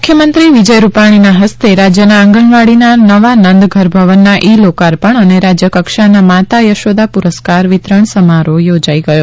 ત મુખ્યમંત્રી વિજય રૂપાણીના હસ્તે રાજ્યના આંગણવાડીના નવા નંદઘર ભવનના ઈ લોકાર્પણ અને રાજ્ય કક્ષાના માતા યશોદા પુરસ્કાર વિતરણ સમારોહ યોજાઇ ગયો